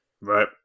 Right